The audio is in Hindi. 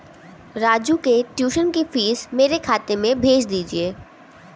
राजू के ट्यूशन की फीस मेरे खाते में भेज दीजिए